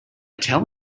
tell